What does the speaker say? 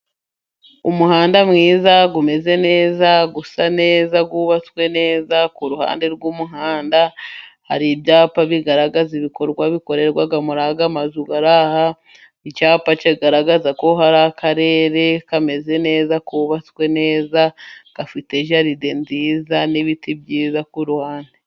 Umuhanda mwiza umeze neza, usa neza, wubatswe neza, ku ruhande rw'umuhanda hari ibyapa bigaragaza ibikorwa bikorerwa muri aya mazu ari aha, icyapa kigaragaza ko hari akarere kameze neza kubatswe neza, gafite jaride nziza, n'ibiti byiza ku ruhande.